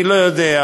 אני לא יודע,